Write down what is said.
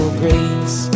grace